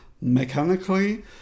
mechanically